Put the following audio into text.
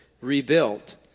rebuilt